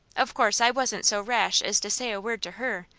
of course i wasn't so rash as to say a word to her!